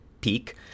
peak